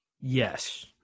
Yes